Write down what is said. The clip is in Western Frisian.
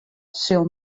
sil